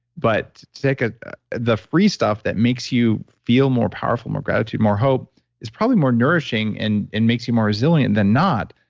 but ah the free stuff that makes you feel more powerful, more gratitude, more hope is probably more nourishing and and makes you more resilient than not,